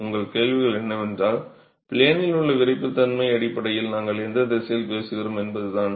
உங்கள் கேள்வி என்னவென்றால் ப்ளேனில் உள்ள விறைப்புத்தன்மையின் அடிப்படையில் நாங்கள் எந்த திசையில் பேசுகிறோம் என்பதுதான்